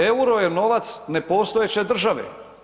EUR-o je novac nepostojeće države.